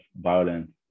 violence